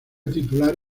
titular